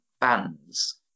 bands